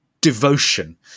devotion